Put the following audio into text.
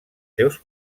seus